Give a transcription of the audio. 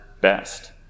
best